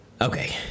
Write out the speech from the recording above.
okay